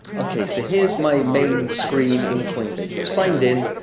okay, so here's my main screen in coinbase. i've signed in.